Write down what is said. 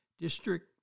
district